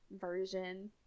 version